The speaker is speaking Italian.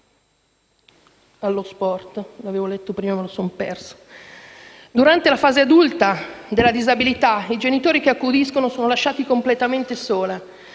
allo sport, come ho detto prima. Durante la fase adulta della disabilità, i genitori che accudiscono sono lasciati completamente soli